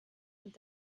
und